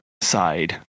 side